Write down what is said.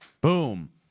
Boom